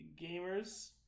gamers